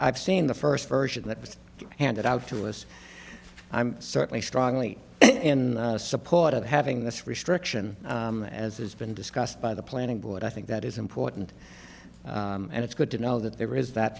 i've seen the first version that was handed out to us i'm certainly strongly in support of having this restriction as it's been discussed by the planning board i think that is important and it's good to know that there is that